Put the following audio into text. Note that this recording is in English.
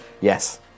Yes